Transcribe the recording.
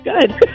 good